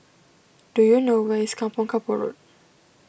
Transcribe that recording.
do you know where is Kampong Kapor Road